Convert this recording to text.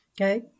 Okay